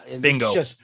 Bingo